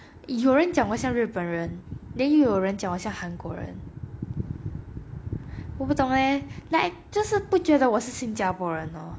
有人讲我像日本人 then 又有人讲我想韩国人我不懂嘞 like 就是不觉得我是新加坡人 lor